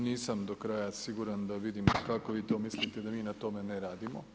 Nisam do kraja siguran da vidim kako vi to mislite da mi na tome ne radimo.